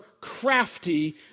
crafty